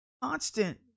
constant